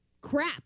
crap